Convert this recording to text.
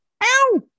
Ow